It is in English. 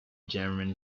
german